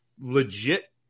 legit